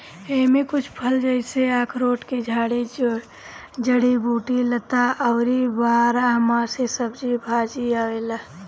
एमे कुछ फल जइसे अखरोट के झाड़ी, जड़ी बूटी, लता अउरी बारहमासी सब्जी भाजी आवेला